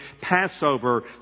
Passover